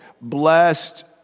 blessed